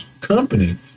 company